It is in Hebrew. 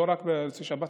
לא רק בנושא שב"ס,